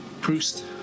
Proust